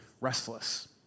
restless